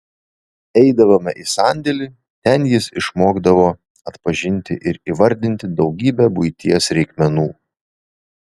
eidavome į sandėlį ten jis išmokdavo atpažinti ir įvardinti daugybę buities reikmenų